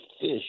fish